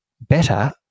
better